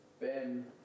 Ben